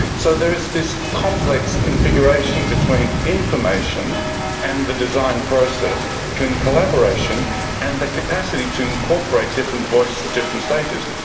so there is this complex configuration between information and the design process, between collaboration and the capacity to incorporate different voices at different stages.